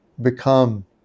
become